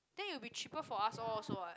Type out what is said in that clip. then it'll be cheaper for us all also what